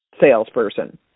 salesperson